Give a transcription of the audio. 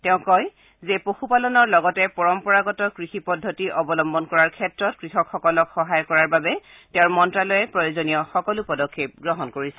তেওঁ কয় যে পশুপালনৰ লগতে পৰম্পৰাগত কৃষি পদ্ধতি অৱলম্বন কৰাৰ ক্ষেত্ৰত কৃষকসকলক সহায় কৰাৰ বাবে তেওঁৰ মন্ত্যালয়ে প্ৰয়োজনীয় সকলো পদক্ষেপ গ্ৰহণ কৰিছে